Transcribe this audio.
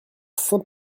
saint